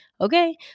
okay